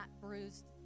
bruised